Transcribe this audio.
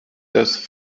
das